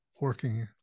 working